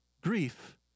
Grief